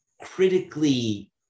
critically